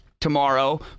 tomorrow